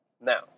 Now